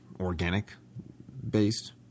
organic-based